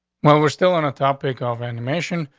well, we're still on a topic of animation.